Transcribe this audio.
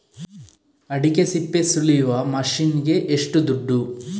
ಅಡಿಕೆ ಸಿಪ್ಪೆ ಸುಲಿಯುವ ಮಷೀನ್ ಗೆ ಏಷ್ಟು ದುಡ್ಡು?